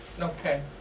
Okay